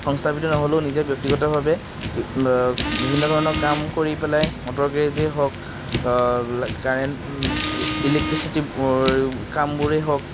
সংস্থাপিত নহ'লেও নিজে ব্য়ক্তিগতভাৱে বিভিন্ন ধৰণৰ কাম কৰি পেলাই মটৰ গেৰেজেই হওক কাৰেণ্ট ইলেক্টিচিটী কামবোৰেই হওক